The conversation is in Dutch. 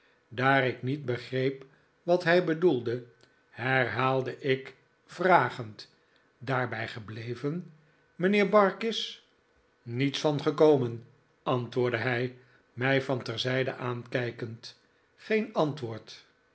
daar ik niet begreep wat hij bedoelde herhaalde ik vragend daarbij gebleven mijnheer barkis niets van gekomen antwoordde hij mij van terzijde aankijkend geen antwoord